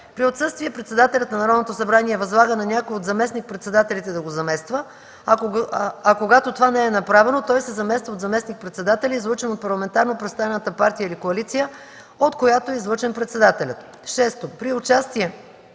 При отсъствие председателят на Народното събрание възлага на някой от заместник-председателите да го замества, а когато това не е направено, той се замества от заместник-председателя, излъчен от парламентарно представената партия или коалиция, от която е излъчен председателят. (6) При участие